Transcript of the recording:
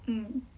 mm